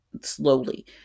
slowly